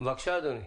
בבקשה אדוני,